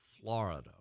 Florida